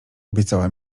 obiecała